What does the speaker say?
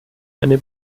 eine